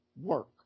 work